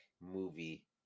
movie